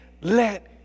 let